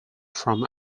from